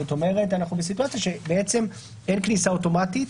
זאת אומרת אנחנו בסיטואציה שאין כניסה אוטומטית